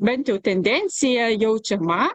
bent jau tendencija jaučiama